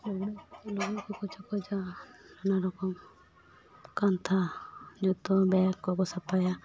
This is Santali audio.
ᱚᱱᱮ ᱚᱱᱟ ᱠᱚ ᱠᱚ ᱪᱚᱠᱚᱡᱟ ᱱᱟᱱᱟᱨᱚᱠᱚᱢ ᱠᱟᱱᱛᱷᱟ ᱡᱚᱛᱚ ᱵᱮᱜᱽ ᱠᱚᱠᱚ ᱥᱟᱯᱟᱭᱟ